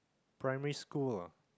primary school ah